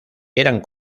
eran